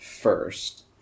first